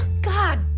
God